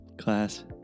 class